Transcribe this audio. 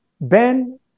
Ben